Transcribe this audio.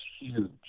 huge